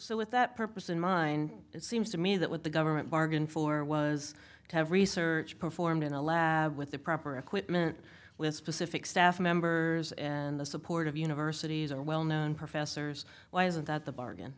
so with that purpose in mind it seems to me that what the government bargained for was a kind of research performed in a lab with the proper equipment with specific staff members and the support of universities are well known professors why is that the bargain